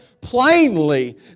plainly